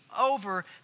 over